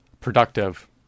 productive